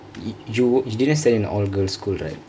you you uh didn't study in a all girls school right